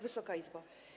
Wysoka Izbo!